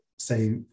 say